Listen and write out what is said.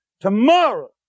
tomorrow